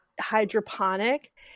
hydroponic